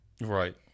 Right